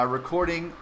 recording